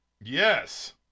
Yes